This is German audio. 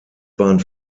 bahn